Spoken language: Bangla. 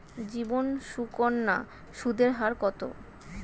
জীবন সুকন্যা সুদের হার কত?